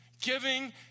Giving